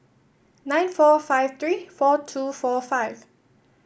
nine four five three four two four five